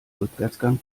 rückwärtsgang